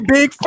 Big